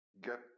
get